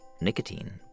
nicotine